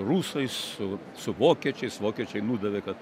rusais su su vokiečiais vokiečiai nudavė kad